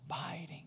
abiding